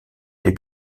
les